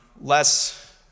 less